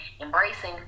embracing